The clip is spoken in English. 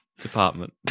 Department